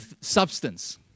substance